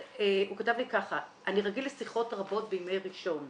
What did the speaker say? הוא כתב לי ככה: "אני רגיל לשיחות רבות בימי ראשון.